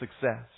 success